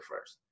first